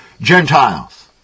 Gentiles